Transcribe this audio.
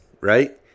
right